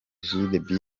egidie